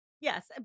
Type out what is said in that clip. yes